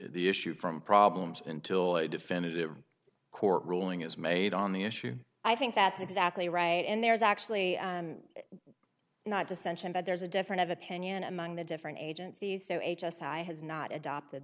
the issue from problems until a definitive court ruling is made on the issue i think that's exactly right and there's actually not dissension but there's a difference of opinion among the different agencies so h s i has not adopted